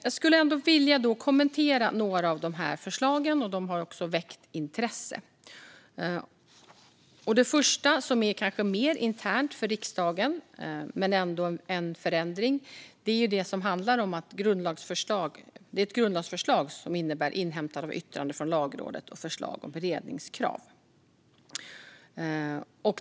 Jag skulle vilja kommentera några av dessa förslag, som också har väckt intresse. Det första är kanske mer internt för riksdagen men ändå en förändring, och det handlar om ett grundlagsförslag som innebär inhämtande av yttrande från Lagrådet och förslag om beredningskrav.